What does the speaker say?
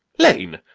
lane!